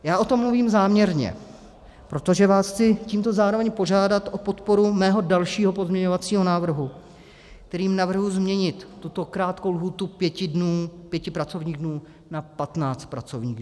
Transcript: Já o tom mluvím záměrně, protože vás chci tímto zároveň požádat o podporu svého dalšího pozměňovacího návrhu, kterým navrhuji změnit tuto krátkou lhůtu pěti dnů, pěti pracovních dnů, na patnáct pracovních dnů.